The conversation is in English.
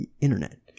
internet